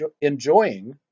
enjoying